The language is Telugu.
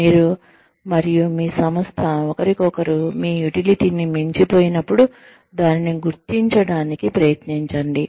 మీరు మరియు మీ సంస్థ ఒకరికొకరు మీ యుటిలిటీని మించిపోయినప్పుడు దానిని గుర్తించడానికి ప్రయత్నించండి